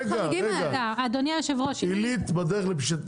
ברגע לפשיטת,